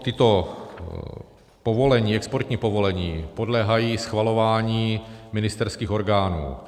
Tato povolení, exportní povolení, podléhají schvalování ministerských orgánů.